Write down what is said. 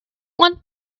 one